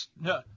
No